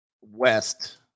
West